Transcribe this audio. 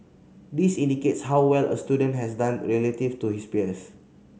this indicates how well a student has done relative to his peers